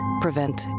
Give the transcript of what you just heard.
prevent